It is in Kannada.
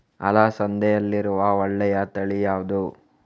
ಅಲಸಂದೆಯಲ್ಲಿರುವ ಒಳ್ಳೆಯ ತಳಿ ಯಾವ್ದು?